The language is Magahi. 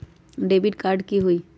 डेबिट कार्ड की होई?